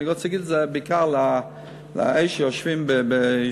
אני רוצה להגיד את זה בעיקר לאלה שיושבים ביישובים.